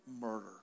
murder